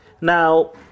Now